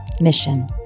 mission